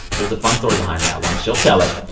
there's a fun story behind that one she'll tell it.